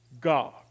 God